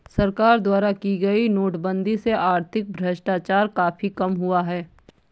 सरकार द्वारा की गई नोटबंदी से आर्थिक भ्रष्टाचार काफी कम हुआ है